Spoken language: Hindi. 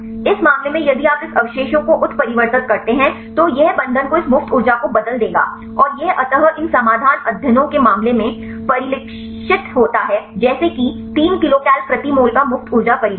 इस मामले में यदि आप इस अवशेषों को उत्परिवर्तित करते हैं तो यह बंधन को इस मुफ्त ऊर्जा को बदल देगा और यह अंततः इन समाधान अध्ययनों के मामले में परिलक्षित होता है जैसे कि 3 किलोकल प्रति मोल का मुफ्त ऊर्जा परिवर्तन